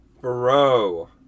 Bro